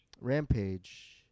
rampage